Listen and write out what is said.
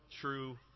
true